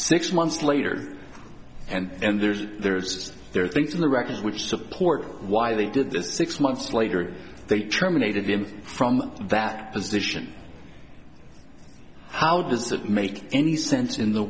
six months later and there's there's there are things in the record which support why they did this six months later they terminated him from that position how does that make any sense in the